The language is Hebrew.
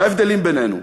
מה ההבדלים בינינו?